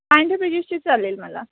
पांढऱ्या पेजिशची चालेल मला